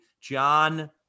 John